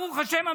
ברוך השם,